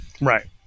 Right